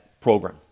program